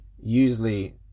usually